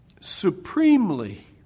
supremely